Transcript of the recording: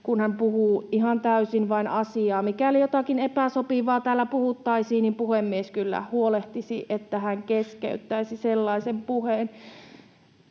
kun hän puhuu ihan täysin vain asiaa. Mikäli jotakin epäsopivaa täällä puhuttaisiin, niin puhemies kyllä huolehtisi, että hän keskeyttäisi sellaisen puheen.